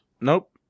Nope